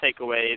takeaway